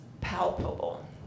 palpable